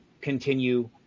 continue